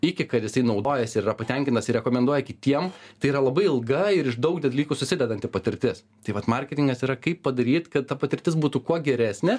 iki kad jisai naudojasi ir yra patenkintas ir rekomenduoja kitiem tai yra labai ilga ir iš daug dalykų susidedanti patirtis tai vat marketingas yra kaip padaryt kad ta patirtis būtų kuo geresnė